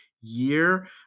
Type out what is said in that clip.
year